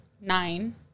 nine